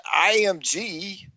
IMG